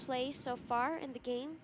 play so far in the game